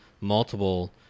multiple